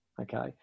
Okay